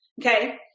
okay